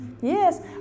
Yes